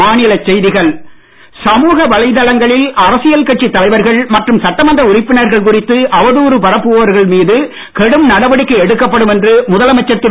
நாராயணசாமி சமுக வளைதளங்களில் அரசியல் கட்சி தலைவர்கள் மற்றும் சட்டமன்ற உறுப்பினர்கள் குறித்து அவதூறு பரப்புவர்கள் மீது கடும் நடவடிக்கை எடுக்கப்படும் என்று முதலமைச்சர் திரு